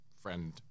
friend